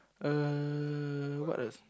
uh what else